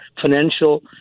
financial